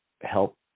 help